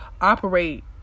operate